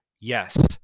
Yes